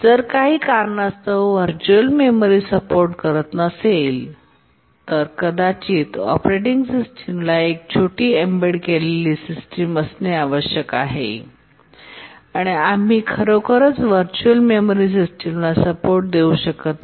जर काही कारणास्तव व्हर्च्युअल मेमरी सपोर्ट करत नसेल तर कदाचित ऑपरेटिंग सिस्टमला एक छोटी एम्बेड केलेली सिस्टम असणे आवश्यक आहे आणि आम्ही खरोखरच व्हरचूअल मेमरी सिस्टमला सपोर्ट देऊ शकत नाही